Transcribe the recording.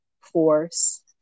force